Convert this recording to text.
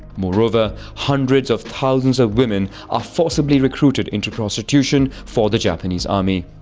moreover, hundreds of thousands of women are forcibly recruited into prostitution for the japanese army.